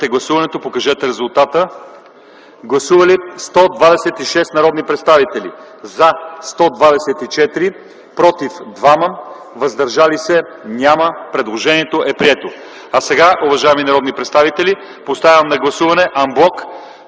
гласуват. Гласували 126 народни представители: за 124, против 2, въздържали се няма. Предложението е прието. Сега, уважаеми народни представители, поставям на гласуване ан блок